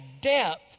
depth